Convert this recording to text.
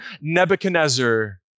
Nebuchadnezzar